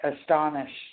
astonished